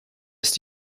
ist